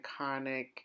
iconic